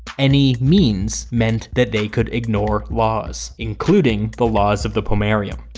any means meant that they could ignore laws, including the laws of the pomerium.